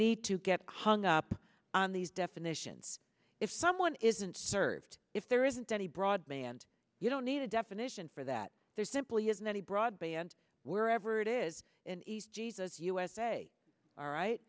need to get hung up on these definitions if someone isn't served if there isn't any broadband you don't need a definition for that there simply isn't any broadband wherever it is in jesus usa all right